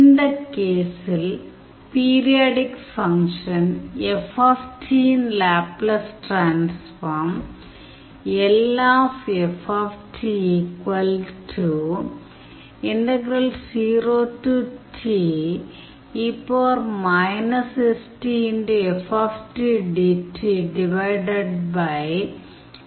இந்த கேஸில் periodic function F - இன் லேப்லஸ் டிரான்ஸ்ஃபார்ம் எனத் தரப்படுகிறது